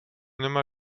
nemá